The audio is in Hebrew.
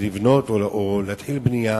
ולבנות או להתחיל בנייה,